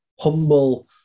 humble